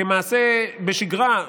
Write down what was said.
כמעשה שבשגרה,